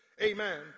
Amen